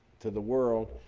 to the world,